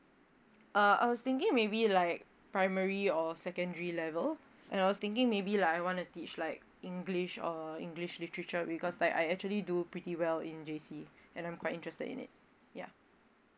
uh I was thinking maybe like primary or secondary level and I was thinking maybe like I want to teach like english or english literature because like I actually do pretty well in J_C and I'm quite interested in it yeah